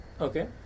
Okay